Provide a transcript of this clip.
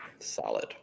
Solid